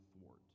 thwart